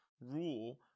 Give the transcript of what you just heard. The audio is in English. rule